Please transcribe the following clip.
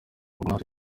rugomwa